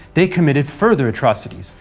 they committed further atrocities,